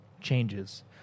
changes